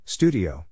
Studio